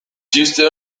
txiste